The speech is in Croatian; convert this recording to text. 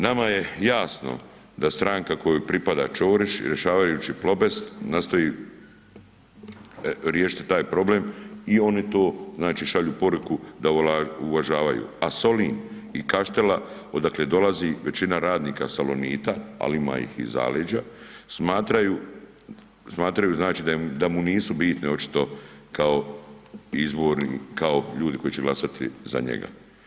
Nama je jasno da stranka kojoj pripada Ćorić rješavajući „Plobest“ nastoji riješiti taj problem i oni to šalju poruku da uvažavaju, a Solin i Kaštela odakle dolazi većina radnika „Salonita“, ali ima ih iz zaleđa smatraju da mu nisu bitni očito kao ljudi koji će glasati za njega.